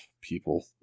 People